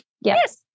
Yes